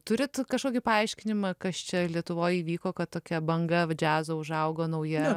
turit kažkokį paaiškinimą kas čia lietuvoj įvyko kad tokia banga džiazo užaugo nauja